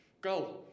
Go